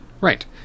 Right